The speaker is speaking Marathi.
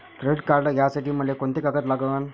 क्रेडिट कार्ड घ्यासाठी मले कोंते कागद लागन?